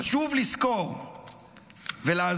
חשוב לזכור ולהזכיר,